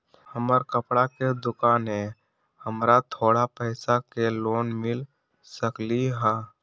हमर कपड़ा के दुकान है हमरा थोड़ा पैसा के लोन मिल सकलई ह?